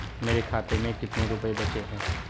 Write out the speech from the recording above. मेरे खाते में कितने रुपये बचे हैं?